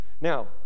Now